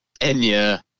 Enya